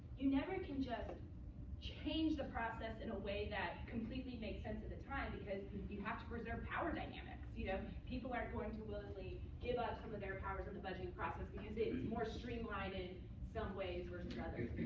you never can just change the process in a way that completely makes sense the time because you have to preserve power dynamics. you know people aren't going to willingly give up some of their powers in the budgeting process because it's more streamlined in some ways versus others.